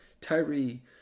Tyree